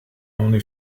only